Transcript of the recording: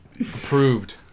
Approved